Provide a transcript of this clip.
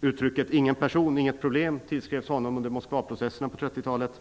uttrycket ingen person, inget problem, tillskrevs honom under Moskvaprocesserna på 30 talet.